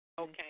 Okay